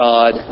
God